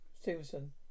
Stevenson